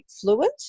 fluid